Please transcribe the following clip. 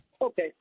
Okay